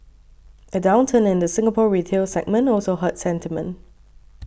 a downturn in the Singapore retail segment also hurt sentiment